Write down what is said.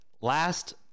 Last